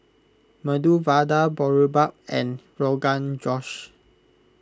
Medu Vada Boribap and Rogan Josh